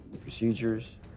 procedures